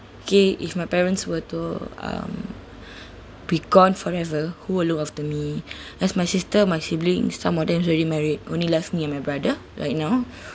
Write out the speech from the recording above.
okay if my parents were to um be gone forever who will look after me as my sister my siblings some of them is already married only left me and my brother right know